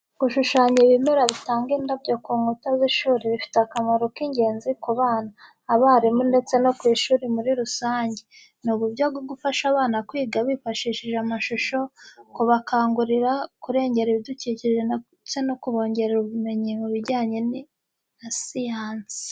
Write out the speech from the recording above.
Gushushanya ibimera bitanga indabyo ku nkuta z’ishuri bifite akamaro k’ingenzi ku bana, abarimu ndetse no ku ishuri muri rusange. Ni uburyo bwo gufasha abana kwiga bifashishije amashusho, kubakangurira kurengera ibidukikije ndetse bakongera ubumenyi mu bijyanye na siyansi.